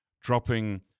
dropping